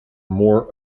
more